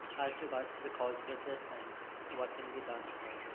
as regards to the causes of this and what can be done to